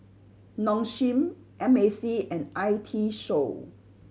Nong Shim M A C and I T Show